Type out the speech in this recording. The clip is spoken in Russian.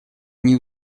они